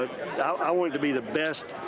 i want it to be the best,